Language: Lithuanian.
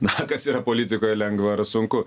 na kas yra politikoj lengva ar sunku